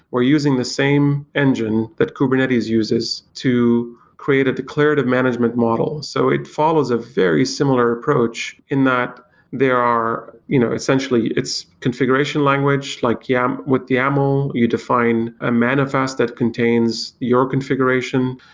we're using the same engine that kubernetes uses to create a declarative management model. so it follows a very similar approach and that they are are you know essentially its configuration language, like yeah with yaml, you define a manifest that contains your configuration.